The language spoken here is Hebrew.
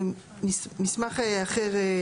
שזה מסמך אחר.